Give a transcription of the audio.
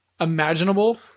imaginable